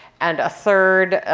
and a third,